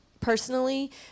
personally